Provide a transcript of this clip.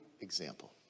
example